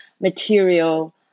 material